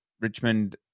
Richmond